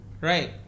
Right